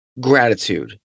gratitude